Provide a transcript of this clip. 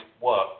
work